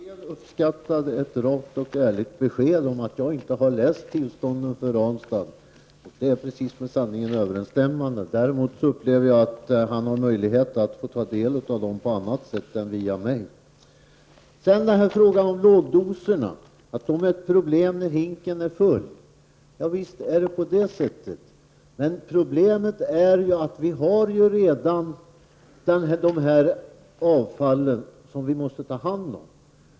Herr talman! Jag trodde att Ivar Franzén uppskattade ett rakt och ärligt besked om att jag inte har läst tillstånden för Ranstad. Det är precis med sanningen överensstämmande. Däremot upplever jag att han har möjlighet att ta del av dem på annat sätt än via mig. När det gäller lågdoserna sägs det att de är ett problem när hinken är full. Ja, visst är det så. Men vi har ju redan de här avfallen, som vi måste ta hand om.